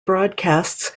broadcasts